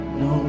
no